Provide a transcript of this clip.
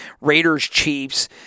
Raiders-Chiefs